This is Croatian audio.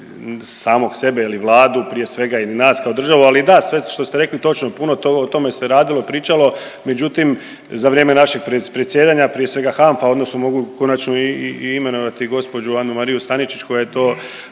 samog sebe ili vladu prije svega ili nas kao državu, ali da sve što ste rekli točno je, puno o tome se radilo pričalo, međutim za vrijeme našeg predsjedanja prije svega HANFA odnosno mogu konačno i imenovati gospođu Anu Mariju Staničić koja je to